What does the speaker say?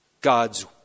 God's